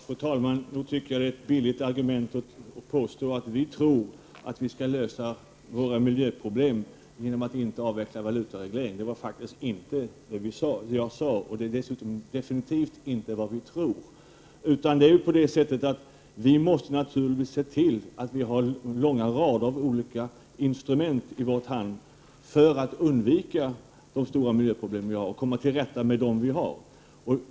Fru talman! Nog tycker jag att det är att ta till ett billigt argument när man påstår att vi tror att Sveriges miljöproblem kan lösas genom en utebliven avveckling av valutaregleringen. Jag sade faktiskt inte det. Dessutom är det definitivt inte vad vi tror. Naturligtvis måste vi i stället se till att det finns en lång rad olika instrument till vårt förfogande. Det gäller ju att undvika de stora miljöproblemen och att komma till rätta med de miljöproblem som redan finns.